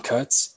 Cuts